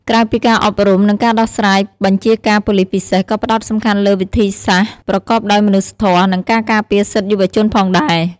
ក្រៅពីការអប់រំ និងការដោះស្រាយ បញ្ជាការប៉ូលិសពិសេសក៏ផ្តោតសំខាន់លើវិធីសាស្ត្រប្រកបដោយមនុស្សធម៌ និងការការពារសិទ្ធិយុវជនផងដែរ។